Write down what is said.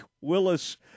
Willis